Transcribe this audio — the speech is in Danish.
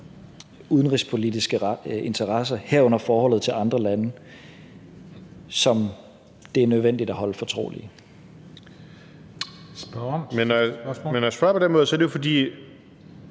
udenrigspolitiske interesser, herunder forholdet til andre lande, som det er nødvendigt at holde fortroligt.